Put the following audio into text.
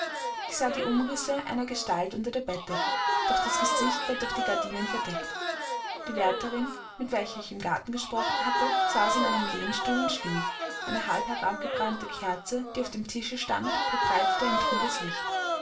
ich sah die umrisse einer gestalt unter der bettdecke doch das gesicht war durch die gardinen verdeckt die wärterin mit welcher ich im garten gesprochen hatte saß in einem lehnstuhl und schlief eine halbherabgebrannte kerze die auf dem tische stand verbreitete ein trübes licht